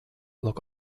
look